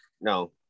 no